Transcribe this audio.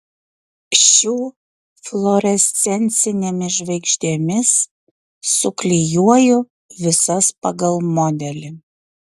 šiu fluorescencinėmis žvaigždėmis suklijuoju visas pagal modelį